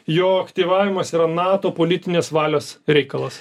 jo aktyvavimas yra nato politinės valios reikalas